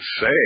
say